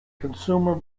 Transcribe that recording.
consumer